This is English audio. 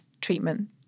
treatment